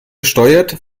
steuert